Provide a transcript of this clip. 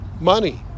money